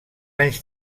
anys